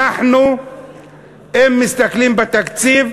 אם מסתכלים בתקציב,